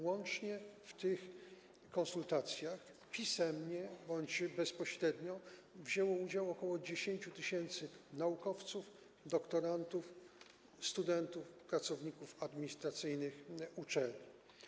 Łącznie w tych konsultacjach, pisemnie bądź bezpośrednio, wzięło udział ok. 10 tys. naukowców, doktorantów, studentów, pracowników administracyjnych uczelni.